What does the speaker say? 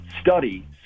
study